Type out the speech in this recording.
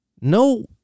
No